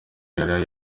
yari